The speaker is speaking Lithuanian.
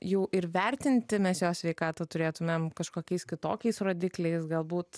jau ir vertinti mes jos sveikatą turėtumėm kažkokiais kitokiais rodikliais galbūt